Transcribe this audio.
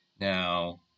Now